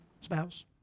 spouse